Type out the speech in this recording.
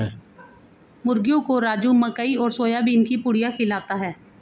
मुर्गियों को राजू मकई और सोयाबीन की पुड़िया खिलाता है